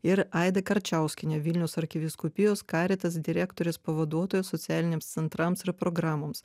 ir aida karčiauskienė vilniaus arkivyskupijos caritas direktorės pavaduotoja socialiniams centrams ir programoms